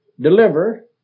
deliver